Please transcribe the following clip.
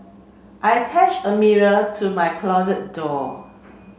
I attach a mirror to my closet door